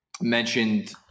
mentioned